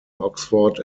oxford